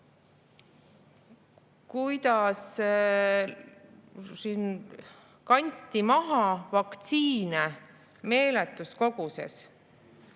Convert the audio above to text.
kuidas kanti maha vaktsiine meeletus koguses.